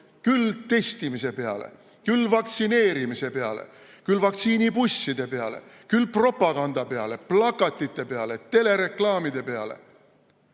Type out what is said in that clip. küll testimise peale, küll vaktsineerimise peale, küll vaktsiinibusside peale, küll propaganda peale, plakatite peale, telereklaamide peale.